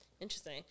Interesting